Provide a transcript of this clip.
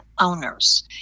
owners